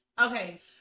Okay